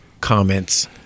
comments